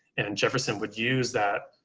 and and jefferson would use that,